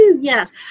Yes